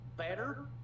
Better